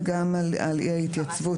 וגם על אי ההתייצבות,